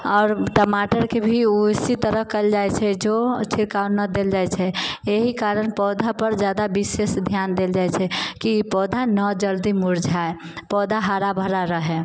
आओर टमाटरके भी उसी तरह कयल जाइत छै जो छिड़काव नहि देल जाइत छै एहि कारण पौधा पर जादा विशेष ध्यान देल जाइत छै कि पौधा नहि जल्दी मुरझाइ पौधा हरा भरा रहै